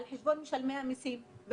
על חשבון משלמי המסים,